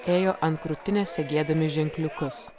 ėjo ant krūtinės segėdami ženkliukus